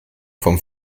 vom